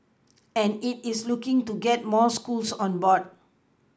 and it is looking to get more schools on board